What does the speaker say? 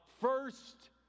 first